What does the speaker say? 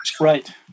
Right